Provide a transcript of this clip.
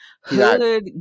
hood